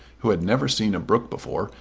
who had never seen a brook before,